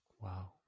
Wow